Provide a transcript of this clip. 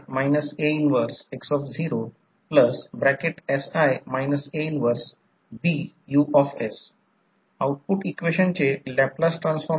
आणि त्याचप्रमाणे येथे एक लोड आहे तेथे ZL हा लोड आहे आणि हे देखील लोडमधील बुलेट व्होल्टेज V2 आहे आणि हे R2 आणि X2 आहे हा सेकंडरी साईडचा रेजिस्टन्स आणि रिअॅक्टॅन्स आहे